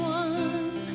one